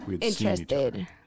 Interested